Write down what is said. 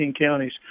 counties